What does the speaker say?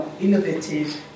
innovative